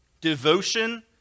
Devotion